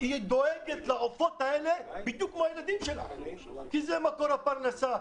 הוא דואגת לעופות האלה בדיוק כאילו הם הילדים שלה כי זה מקור הפרנסה,